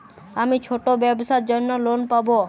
আমি ছোট ব্যবসার জন্য লোন পাব?